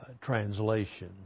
translation